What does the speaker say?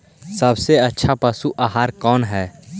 सबसे अच्छा पशु आहार कौन है?